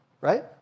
Right